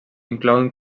inclouen